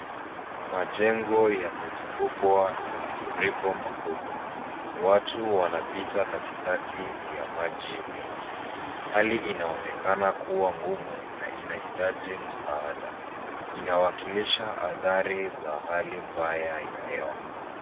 Majengo yamezungukwa na mafuriko makubwa. Watu wanapita katikati ya maji mengi. Hali inaonekana kuwa ngumu na inahitaji msaada. Inawakilisha adhari za hali mbaya ya hewa.